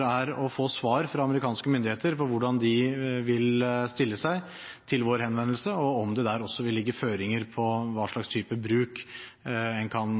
er å få svar fra amerikanske myndigheter på hvordan de vil stille seg til vår henvendelse, og om det der også vil ligge føringer på hva slags type bruk en kan